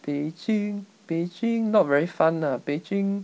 北京北京 not very fun lah 北京